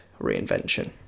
reinvention